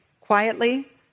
quietly